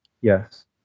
Yes